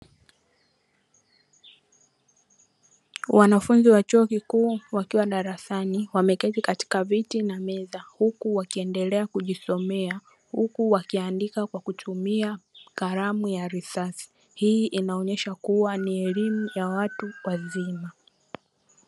Wanafunzi wa chuo kikuu wakiwa darasani wameketi katika viti na meza huku wakiendelea kujisomea, huku wakiandika kwa kutumia kalamu ya risasi hii inaonyesha kuwa ni elimu ya watu wazima.